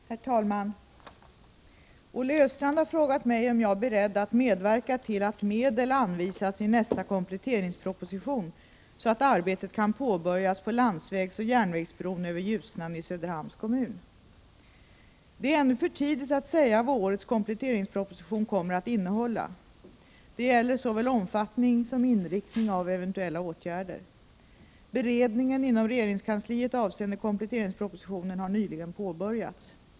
Herr talman! Olle Östrand har frågat mig om jag är beredd att medverka till att medel anvisas i nästa kompletteringsproposition, så att arbetet kan påbörjas när det gäller landsvägsoch järnvägsbro över Ljusnan i Söderhamns kommun. Det är ännu för tidigt att säga vad årets kompletteringsproposition kommer att innehålla. Det gäller såväl omfattning som inriktning av eventuella åtgärder. Beredningen inom regeringskansliet avseende kompletteringspropositionen har nyligen påbörjats.